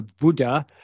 Buddha